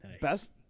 Best